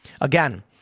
Again